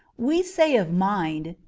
we say of mind,